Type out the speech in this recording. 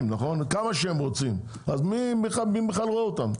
כמה שהם רוצים אז מי בכלל רואה אותם,